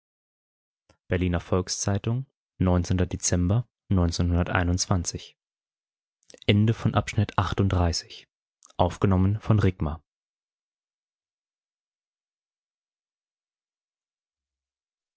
berliner volks-zeitung dezember